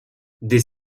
des